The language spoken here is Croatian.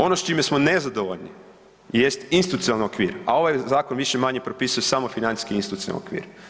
Ono s čime smo nezadovoljni jest institucionalni okvir, a ovaj zakon više-manje propisuje samo financijski institucionalni okvir.